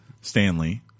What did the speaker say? Stanley